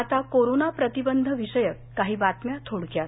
आता कोरोना प्रतिबंध विषयक काही बातम्या थोडक्यात